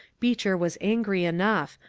beecher was angry enough,